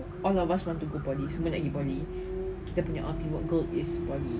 all of us want to go poly semua nak pergi poly kita punya ultimate goal is poly